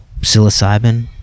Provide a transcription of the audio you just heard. psilocybin